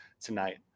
tonight